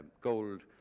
gold